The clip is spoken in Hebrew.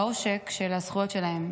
בעושק של הזכויות שלהם.